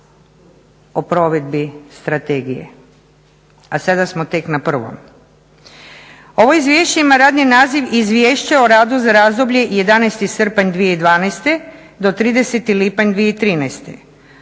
o provedbi strategije, a sada smo tek na prvom. Ovo izvješće ima radni naziv Izvješće o radu za razdoblje 11. srpanj 2012. do 30. lipanj 2013.,